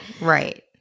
Right